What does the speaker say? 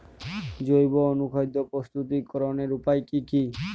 জৈব অনুখাদ্য প্রস্তুতিকরনের উপায় কী কী?